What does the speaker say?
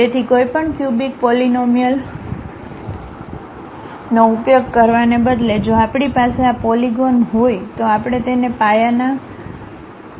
તેથી કોઈપણ cubic polynomial નો ઉપયોગ કરવાને બદલે જો આપણી પાસે આ પોલીગોન હોય તો આપણે તેને પાયાના પાયા તરીકે કહીએ છીએ